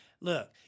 Look